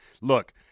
look